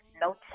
no